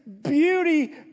beauty